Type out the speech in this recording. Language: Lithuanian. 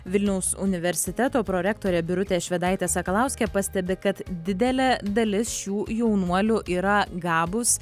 vilniaus universiteto prorektorė birutė švedaitė sakalauskė pastebi kad didelė dalis šių jaunuolių yra gabūs